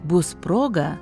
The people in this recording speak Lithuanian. bus proga